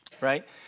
right